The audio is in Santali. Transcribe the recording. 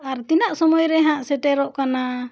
ᱟᱨ ᱛᱤᱱᱟᱹᱜ ᱥᱚᱢᱚᱭ ᱨᱮ ᱦᱟᱸᱜ ᱥᱮᱴᱮᱨᱚᱜ ᱠᱟᱱᱟ